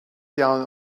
down